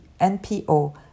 NPO